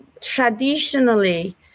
traditionally